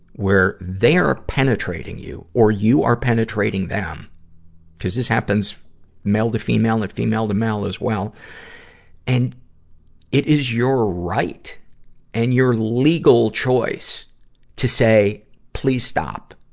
where they're penetrating you or you are penetrating them cuz this happens male-to-female or female-to-male as well and it is your right and your legal choice to say, please stop,